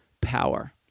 power